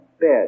bed